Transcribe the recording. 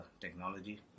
technology